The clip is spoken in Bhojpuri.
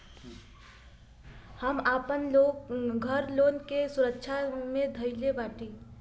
हम आपन घर लोन के सुरक्षा मे धईले बाटी